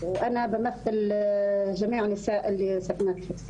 הן לא יכולות לעבור את הגבול בשלום ולא יכולות לבקר את המשפחות